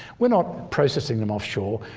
we're not processing them offshore,